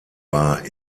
war